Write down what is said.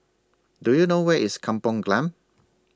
Do YOU know Where IS Kampung Glam